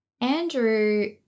Andrew